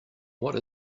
what